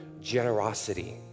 generosity